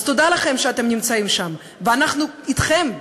אז תודה לכם שאתם נמצאים שם, ואנחנו אתכם.